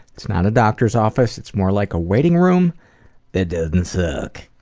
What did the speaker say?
it's not a doctor's office, it's more like a waiting room that doesn't suck.